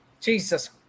Jesus